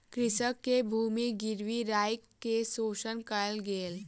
कृषक के भूमि गिरवी राइख के शोषण कयल गेल